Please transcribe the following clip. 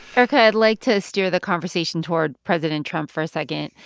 erika, i'd like to steer the conversation toward president trump for a second.